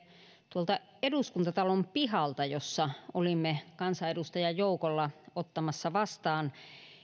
tuolta eduskuntatalon pihalta jossa olimme kansanedustajajoukolla ottamassa vastaan